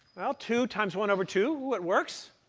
well, two times one over two it works.